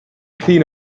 clean